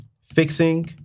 fixing